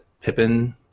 Pippin